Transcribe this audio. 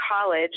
college